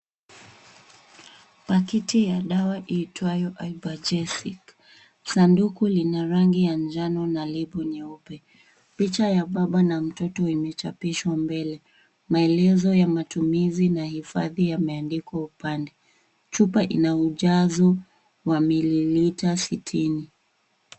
Pakiti ya dawa iitwayo ibugesic . Sanduku lina rangi ya njano na lebo nyeupe. Picha ya baba na mtoto imechapishwa mbele. Maelezo ya matumizi na hifadhi yameandikwa upande. Chupa ina ujazo wa mililita 60.